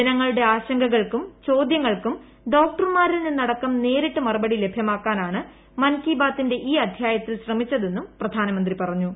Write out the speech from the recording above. ജനങ്ങളുടെ ആശങ്കകൾക്കും ചോദ്യങ്ങൾക്കും ഡോക്ടർമാരിൽ നിന്നടക്കം നേരിട്ട് മറുപടി ലഭ്യമാക്കാനാണ് മൻ കി ബാതിന്റെ ഈ അദ്ധ്യായത്തിൽ ഡോക്ടർമാരുടെ ശ്രമിച്ചതെന്നും പ്രധാനമന്ത്രി പറഞ്ഞു